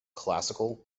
classical